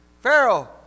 Pharaoh